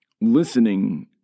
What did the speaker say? listening